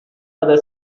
other